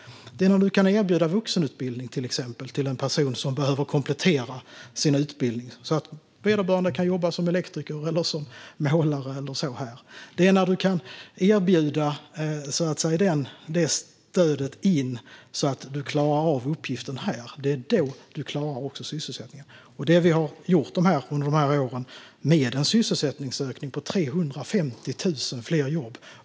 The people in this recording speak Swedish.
När man kan erbjuda till exempel vuxenutbildning till en person som behöver komplettera sin utbildning så att vederbörande kan jobba som elektriker eller målare här, när man kan erbjuda det stödet så att personen klarar av uppgiften här, klarar man också sysselsättningen. Det vi har gjort under de här åren som vi har styrt har lett till en sysselsättningsökning på 350 000 fler jobb.